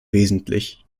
wesentlich